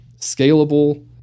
scalable